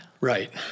Right